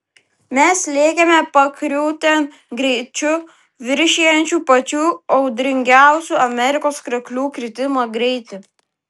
mes lėkėme pakriūtėn greičiu viršijančiu pačių audringiausių amerikos krioklių kritimo greitį